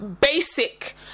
basic